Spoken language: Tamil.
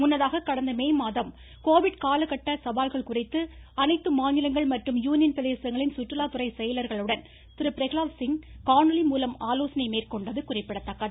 முன்னதாக கடந்த மேமாதம் கோவிட் காலகட்ட சவால்கள் குறித்து அனைத்து மாநிலங்கள் மற்றும் யூனியன் பிரதேசங்களின் சுற்றுலாத்துறை செயலர்களுடன் திரு பிரகலாத் சிங் காணொலி மூலம் ஆலோசனை மேற்கொண்டது குறிப்பிடத்தக்கது